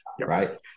right